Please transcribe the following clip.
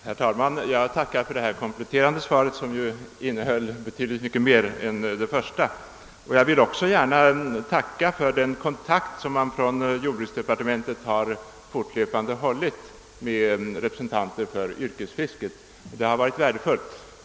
Herr talman! Jag tackar för detta kompletterande svar, som ju innehöll betydligt mer än det första. Jag vill också gärna tacka för den kontakt som jordbruksdepartementet fortlöpande håller med representanter för yrkesfisket — den kontakten har varit värdefull.